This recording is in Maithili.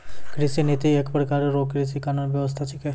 कृषि नीति एक प्रकार रो कृषि कानून व्यबस्था छिकै